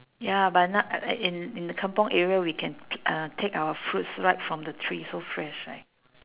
ya but now uh in in the kampung area we can pick uh take our fruits right from the tree so fresh right